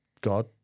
God